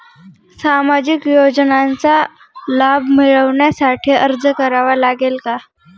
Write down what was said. सामाजिक योजनांचा लाभ मिळविण्यासाठी अर्ज करावा लागेल का?